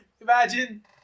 Imagine